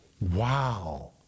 Wow